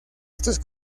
estos